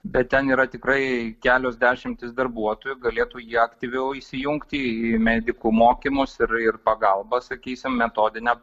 bet ten yra tikrai kelios dešimtys darbuotojų galėtų jie aktyviau įsijungti į medikų mokymus ir ir pagalbą sakysim metodinę